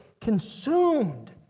consumed